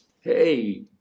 hey